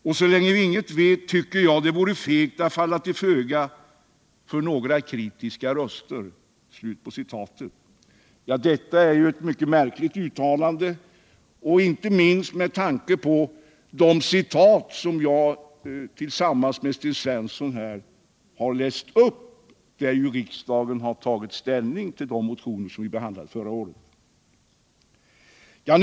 Och så länge vi inget vet, tycker jag det vore fegt att falla till föga för några kritiska röster.” Detta är ett mycket märkligt uttalande, inte minst med tanke på de citat som jag och Sten Svensson här har läst upp beträffande riksdagens ställningstagande i samband med att vi behandlade förra årets motion.